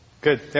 Good